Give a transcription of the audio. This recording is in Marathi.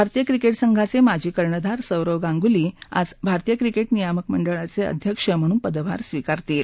भारतीय क्रिकेट संघाचे माजी कर्णधार सौरव गांगुली आज भारतीय क्रिकेट नियामक मंडळाचे अध्यक्ष म्हणून पदभार स्वीकारतील